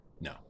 No